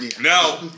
Now